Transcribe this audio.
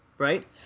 right